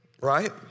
right